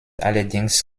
allerdings